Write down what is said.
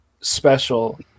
special